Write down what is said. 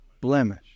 blemish